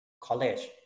College